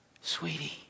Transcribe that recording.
sweetie